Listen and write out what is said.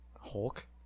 Hulk